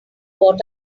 what